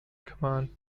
command